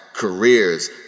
careers